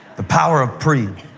the power of pre.